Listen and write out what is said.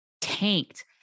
tanked